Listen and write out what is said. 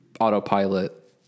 autopilot